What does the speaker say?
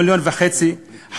1,500,000 שקל,